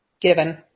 given